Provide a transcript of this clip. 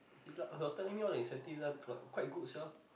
he was telling me all the incentive lah like quite good sia